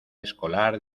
escolar